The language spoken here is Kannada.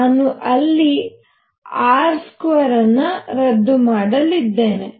ನಾನು ಇಲ್ಲಿ r2ಅನ್ನು ರದ್ದು ಮಾಡಲಿದ್ದೇನೆ